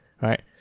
right